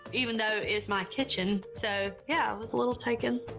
even though it's my kitchen. so yeah, i was a little taken,